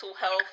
health